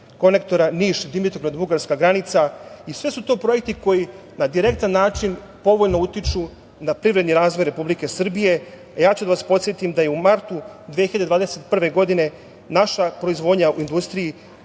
interkonektora Niš-Dimitrovgrad-bugarska granica. Sve su to projekti koji na direktan način povoljno utiču na privredi razvoj Republike Srbije. Ja ću da vas podsetim da je u martu 2021. godine naša proizvodnja u industriji